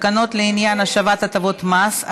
תקנות לעניין השבת הטבות מס),